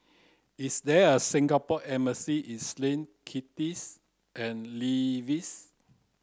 is there a Singapore embassy is Lin Kitts and Nevis